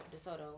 DeSoto